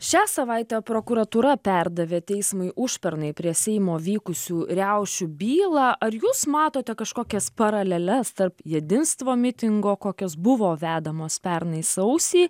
šią savaitę prokuratūra perdavė teismui užpernai prie seimo vykusių riaušių bylą ar jūs matote kažkokias paraleles tarp jedinstvo mitingo kokios buvo vedamos pernai sausį